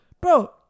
bro